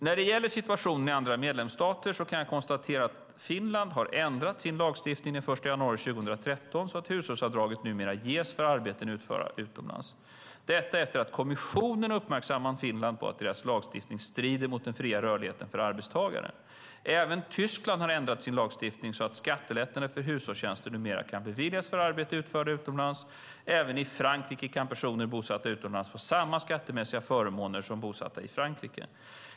När det gäller situationen i andra medlemsstater kan jag konstatera att Finland har ändrat sin lagstiftning från den 1 januari 2013 så att hushållsavdrag numera ges för arbeten utförda utomlands, detta efter att kommissionen har uppmärksammat Finland på att deras lagstiftning strider mot den fria rörligheten för arbetstagare. Även Tyskland har ändrat sin lagstiftning så att skattelättnader för hushållstjänster numera kan beviljas för arbeten utförda utomlands. Även i Frankrike kan personer bosatta utomlands få samma skattemässiga förmåner som personer bosatta i Frankrike.